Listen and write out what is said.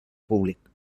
públic